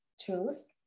truth